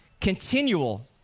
continual